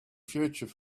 future